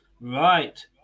Right